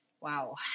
Wow